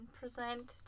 present